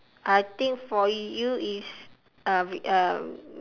I think for you is uh vid uh